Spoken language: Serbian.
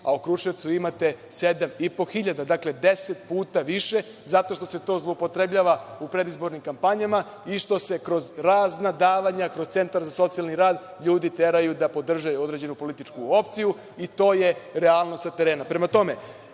a u Kruševcu imate 7. 500. Dakle, deset puta više zato što se to zloupotrebljava u predizbornim kampanjama i što se kroz razna davanja, kroz centar za socijalni radi ljudi teraju da podrže određenu političku opciju. To je realnost sa terena. Prema tome,